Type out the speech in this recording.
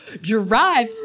drive